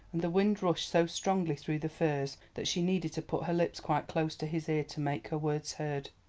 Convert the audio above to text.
the wind rushed so strongly through the firs that she needed to put her lips quite close to his ear to make her words heard.